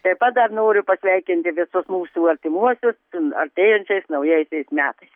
taip pat dar noriu pasveikinti visus mūsų artimuosius sun artėjančiais naujaisiais metais